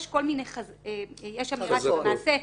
יש אמירה שהמעשה --- חזקות.